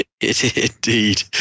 Indeed